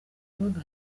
papa